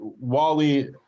Wally